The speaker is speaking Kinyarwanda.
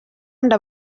nde